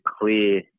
clear